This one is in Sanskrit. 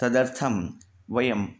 तदर्थं वयं